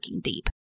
deep